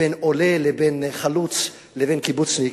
בין עולה לבין חלוץ לבין קיבוצניק,